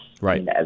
Right